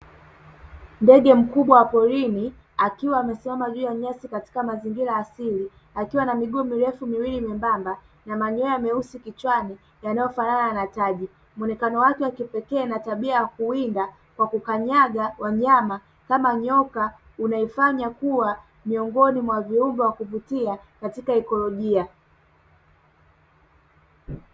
Ndege mkubwa wa porini akiwa amesimama juu ya nyasi katika mazingira asili akiwa na miguu mirefu miwili membamba na manyoya meusi kichwani yanayofanana na tai. Muonekano wake wa kipekee, na tabia ya kuwinda kwa kukanyaga wanyama kama nyoka unaifanya kuwa miongoni mwa viumbe wa kuvutia katika ekolojia.